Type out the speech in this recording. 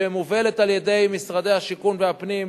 שמובלת על-ידי משרדי השיכון והפנים,